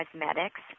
Cosmetics